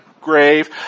grave